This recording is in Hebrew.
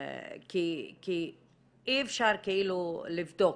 כי אי אפשר לבדוק.